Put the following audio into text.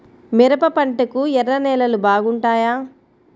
మిరప పంటకు ఎర్ర నేలలు బాగుంటాయా?